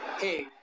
Hey